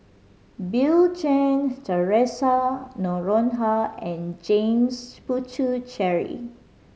Bill Chen Theresa Noronha and James Puthucheary